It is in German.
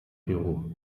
peru